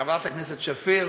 חברת הכנסת שפיר,